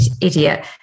idiot